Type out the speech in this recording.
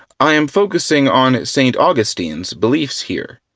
i am focusing on st. augustine's beliefs here,